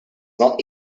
not